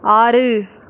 ஆறு